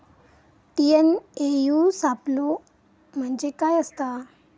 TNAU सापलो म्हणजे काय असतां?